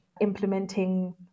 implementing